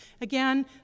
Again